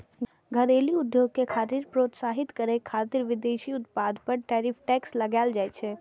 घरेलू उद्योग कें प्रोत्साहितो करै खातिर विदेशी उत्पाद पर टैरिफ टैक्स लगाएल जाइ छै